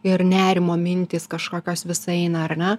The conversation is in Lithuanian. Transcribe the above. ir nerimo mintys kažkokios vis aina ar ne